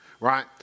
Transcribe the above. right